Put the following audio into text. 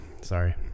Sorry